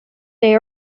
they